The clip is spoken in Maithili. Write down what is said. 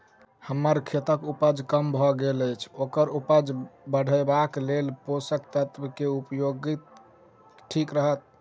हम्मर खेतक उपज कम भऽ गेल अछि ओकर उपज बढ़ेबाक लेल केँ पोसक तत्व केँ उपयोग ठीक रहत?